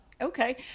Okay